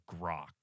grok